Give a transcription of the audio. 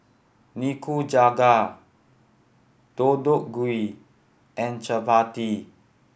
Nikujaga Deodeok Gui and Chapati